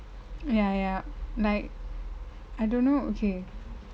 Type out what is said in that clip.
ya ya like I don't know okay